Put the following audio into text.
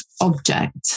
object